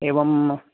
एवं